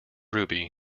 ruby